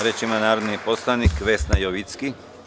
Reč ima narodni poslanik Vesna Jovicki.